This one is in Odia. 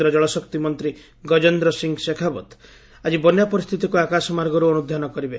କେନ୍ଦ୍ର ଜଳ ଶକ୍ତି ମନ୍ତ୍ରୀ ଗଜେନ୍ଦ୍ର ସିଂହ ଶେଖାଓ୍ବତ ଆଜି ବନ୍ୟା ପରିସ୍ଥିତିକୁ ଆକାଶମାର୍ଗରୁ ଅନୁଧ୍ୟାନ କରିବେ